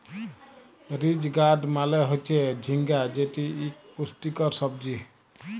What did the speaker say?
ridge gourd মালে হচ্যে ঝিঙ্গা যেটি ইক পুষ্টিকর সবজি